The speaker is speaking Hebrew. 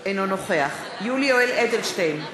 אינו נוכח יולי יואל אדלשטיין,